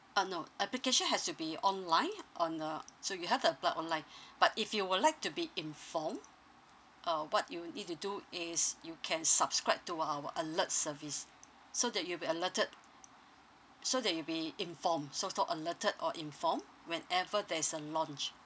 uh no application has to be online on uh so you have to apply online but if you would like to be informed uh what you need to do is you can subscribe to our alert service so that you'll be alerted so that you'll be informed so so alerted or informed whenever there is a launch